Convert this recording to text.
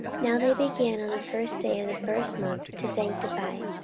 now they began on the first day of the first month to sanctify,